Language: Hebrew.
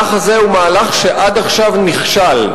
המהלך הזה הוא מהלך שעד עכשיו נכשל.